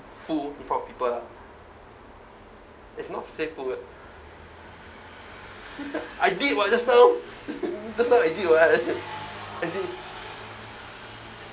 fool in front of people ah is not play fool [what] I did what just now just now I did what I did